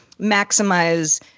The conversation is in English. maximize